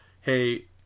hey